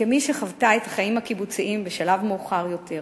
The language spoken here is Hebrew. כמי שחוותה את החיים הקיבוציים בשלב מאוחר יותר,